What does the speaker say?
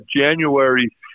January